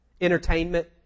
Entertainment